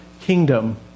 kingdom